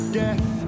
death